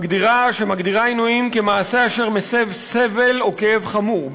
שמגדירה עינויים כמעשה אשר מסב סבל או כאב חמור,